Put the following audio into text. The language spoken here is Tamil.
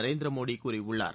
நரேந்திர மோடி கூறியுள்ளார்